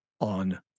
on